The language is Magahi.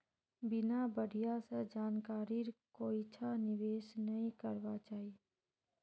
बिना बढ़िया स जानकारीर कोइछा निवेश नइ करबा चाई